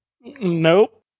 Nope